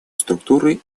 структуры